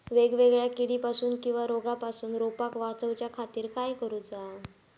वेगवेगल्या किडीपासून किवा रोगापासून रोपाक वाचउच्या खातीर काय करूचा?